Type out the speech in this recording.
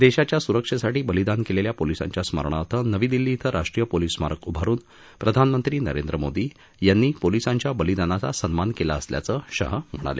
देशाच्या सुरक्षेसाठी बलिदान केलेल्या पोलिसांच्या स्मरणार्थ नवी दिल्ली उभारून प्रधानमंत्री नरेंद्र मोदी यांनी पोलीसांच्या बलिदानाचा सन्मान केला असल्याचं शाह म्हणाले